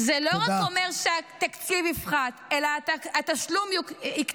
זה לא רק אומר שהתקציב יפחת, אלא התשלום יקטן.